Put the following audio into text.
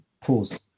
pause